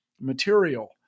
material